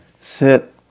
sit